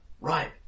right